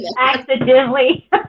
Accidentally